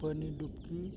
ᱯᱟᱱᱤᱰᱩᱯᱠᱤ